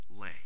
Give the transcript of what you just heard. lay